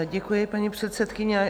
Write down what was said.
Děkuji, paní předsedkyně.